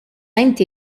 inti